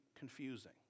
Confusing